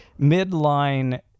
midline